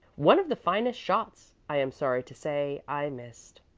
one of the finest shots, i am sorry to say, i missed.